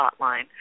Hotline